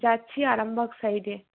যাচ্ছি আরামবাগ সাইডে